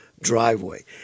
driveway